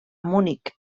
munic